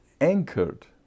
anchored